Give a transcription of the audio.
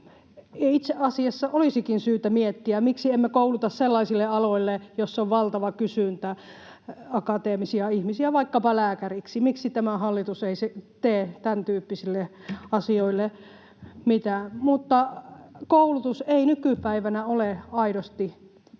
Itse asiassa olisikin syytä miettiä, miksi emme kouluta akateemisia ihmisiä sellaisille aloille, joilla on valtava kysyntä, vaikkapa lääkäreiksi. Miksi tämä hallitus ei tee tämäntyyppisille asioille mitään? Koulutus ei nykypäivänä ole välttämättä